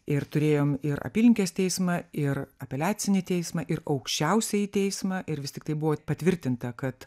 ir turėjom ir apylinkės teismą ir apeliacinį teismą ir aukščiausiąjį teismą ir vis tiktai buvo patvirtinta kad